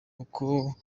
uko